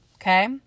okay